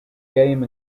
game